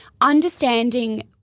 understanding